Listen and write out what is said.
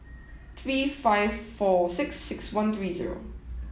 three five four six six one three zero